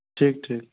ठीक ठीक